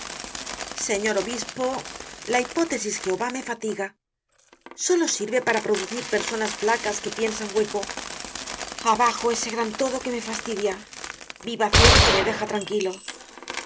señor obispo la hipótesis jehova me fatiga solo sirve para producir personas flacas que piensan hueco abajo ese gran todo que me fastidia viva cero que me deja tranquilo de